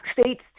states